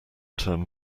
term